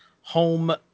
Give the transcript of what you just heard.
home